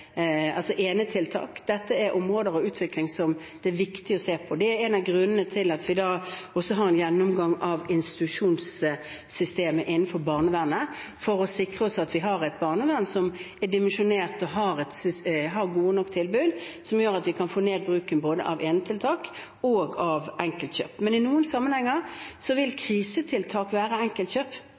områder og en utvikling som det er viktig å se på. Det er en av grunnene til at vi også har en gjennomgang av institusjonssystemet innenfor barnevernet – for å sikre oss at vi har et barnevern som er dimensjonert til å ha gode nok tilbud, og som gjør at vi kan få ned bruken både av enetiltak og av enkeltkjøp. Men i noen sammenhenger vil krisetiltak være enkeltkjøp